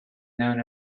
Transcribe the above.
known